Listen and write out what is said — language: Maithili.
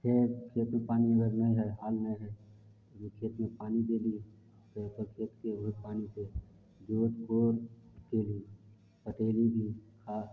फेर खेतीमे पानि अगर नहि हइ नहि हइ खेत मे पानि देली फेर खेतके पानि से जोत कोर कयली पटेली भी आ